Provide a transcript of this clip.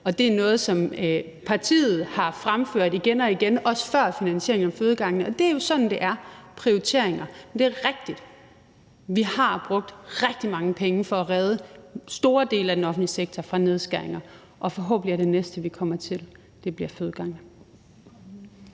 og det er noget, som partiet har fremført igen og igen – også før finansieringen af fødegangene, og det er jo sådan, prioriteringer er. Men det er rigtigt, at vi har brugt rigtig mange penge for at redde store dele af den offentlige sektor fra nedskæringer, og forhåbentlig er det næste, vi kommer til, fødegangene.